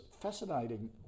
fascinating